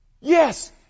Yes